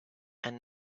and